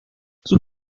sus